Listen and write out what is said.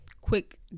quick